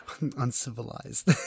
Uncivilized